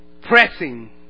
pressing